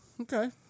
okay